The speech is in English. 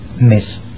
Miss